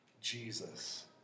Jesus